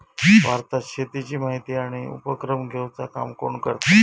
भारतात शेतीची माहिती आणि उपक्रम घेवचा काम कोण करता?